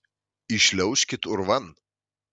įšliaužkit urvan